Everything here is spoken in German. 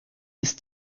ist